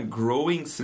growing